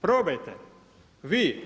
Probajte vi.